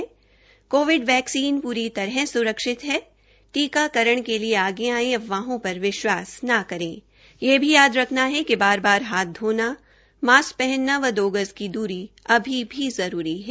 Covid vaccine पूरी तरह सुरक्षित है टीकाकरण के लिए आगे आएं अफवाहों पर विश्वास न करे यह भी याद रखना है कि बार बार हाथ धोना मास्क पहनना व दो गज की दूरी अभी भी जरूरी है